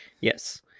Yes